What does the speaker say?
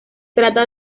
trata